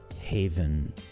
Haven